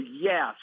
yes